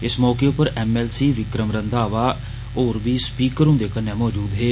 इस मौके उप्पर M L C Vikram Randhawa होर बी स्पीकर हुन्दे कन्नै मौजूद हे